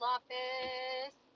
Office